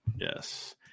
Yes